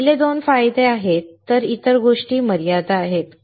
तर पहिले २ फायदे आहेत इतर गोष्टी मर्यादा आहेत